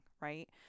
right